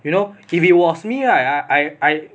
you know if it was me I I